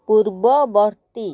ପୂର୍ବବର୍ତ୍ତୀ